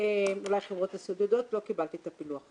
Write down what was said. לא קיבלתי את הפילוח,